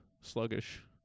sluggish